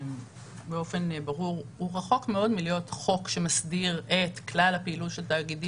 באופן ברור רחוק מאוד מלהיות חוק שמסדיר את כלל הפעילות של תאגידים